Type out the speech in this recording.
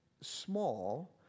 small